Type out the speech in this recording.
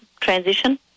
transition